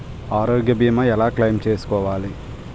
ఆరోగ్య భీమా ఎలా క్లైమ్ చేసుకోవాలి?